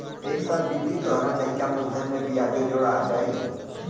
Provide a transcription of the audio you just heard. एक साल बीती तोहार नैका मूलधन में बियाजो जोड़ा जाई